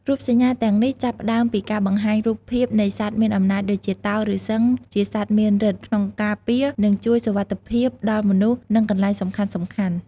រូបសញ្ញាទាំងនេះចាប់ផ្តើមពីការបង្ហាញរូបភាពនៃសត្វមានអំណាចដូចជា តោ ឬសិង្ហជាសត្វមានឫទ្ធិក្នុងការពារ និងជួយសុវត្ថិភាពដល់មនុស្ស និងកន្លែងសំខាន់ៗ។